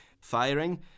firing